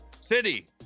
city